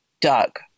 Doug